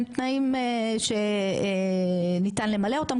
הם תנאים שניתן למלא אותם,